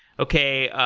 okay.